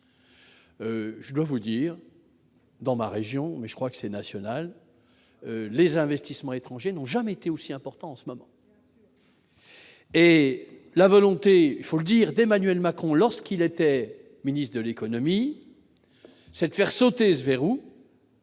Je dois vous dire dans ma région, mais je crois que c'est national, les investissements étrangers n'ont jamais été aussi importants en ce moment. Et la volonté, il faut le dire, d'Emmanuel Macron, lorsqu'il était ministre de l'économie cette faire sauter ce verrou